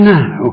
now